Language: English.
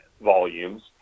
volumes